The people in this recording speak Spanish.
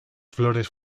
flores